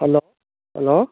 hello hello